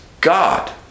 god